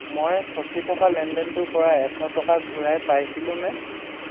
মই ফচি থকা লেনদেনটোৰ পৰা এশ টকা ঘূৰাই পাইছিলোনে